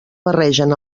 barregen